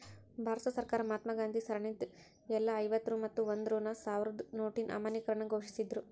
ಭಾರತ ಸರ್ಕಾರ ಮಹಾತ್ಮಾ ಗಾಂಧಿ ಸರಣಿದ್ ಎಲ್ಲಾ ಐವತ್ತ ರೂ ಮತ್ತ ಒಂದ್ ರೂ ಸಾವ್ರದ್ ನೋಟಿನ್ ಅಮಾನ್ಯೇಕರಣ ಘೋಷಿಸಿದ್ರು